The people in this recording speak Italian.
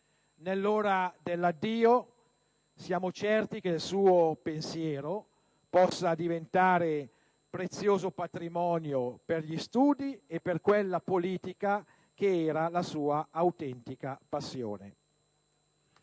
Nell'ora dell'addio siamo certi che il suo pensiero possa diventare prezioso patrimonio per gli studi e per quella politica che era la sua autentica passione.